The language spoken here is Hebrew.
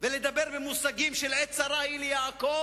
ולדבר במושגים של "עת צרה היא ליעקב"